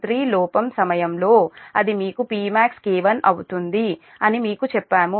5113 లోపం సమయంలో అది మీకు Pmax K1 అవుతుంది అని మీకు చెప్పాము